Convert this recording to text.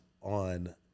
on